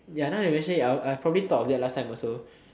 ya now you actually I I probably thought of that last time also